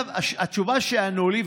התשובה שענו לי,